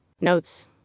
Notes